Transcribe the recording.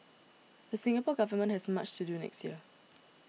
the Singapore Government has much to do next year